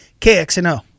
KXNO